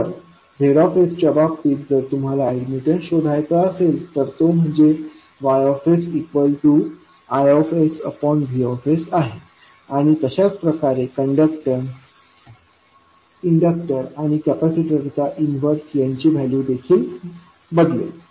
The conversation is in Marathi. तर Z च्या बाबतीत जर तुम्हाला अॅडमिटन्स शोधायचा असेल तो म्हणजे YsIVआहे आणि तशाच प्रकारे कण्डक्टॅन्स इन्डक्टर आणि कॅपॅसिटरचा इन्वर्स यांची व्हॅल्यू देखील बदलेल